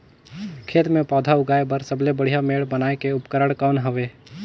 खेत मे पौधा उगाया बर सबले बढ़िया मेड़ बनाय के उपकरण कौन हवे?